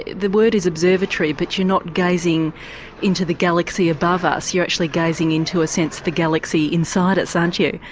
the word is observatory but you're not gazing into the galaxy above us you're actually gazing into a sense the galaxy inside us aren't you.